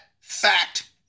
fact